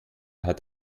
hat